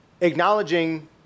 Acknowledging